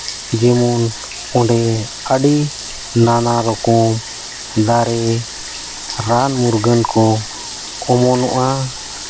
ᱡᱮᱢᱚᱱ ᱚᱸᱰᱮ ᱟᱹᱰᱤ ᱱᱟᱱᱟ ᱨᱚᱠᱚᱢ ᱫᱟᱨᱮ ᱨᱟᱱᱼᱢᱩᱨᱜᱟᱹᱱ ᱠᱚ ᱚᱢᱚᱱᱚᱜᱼᱟ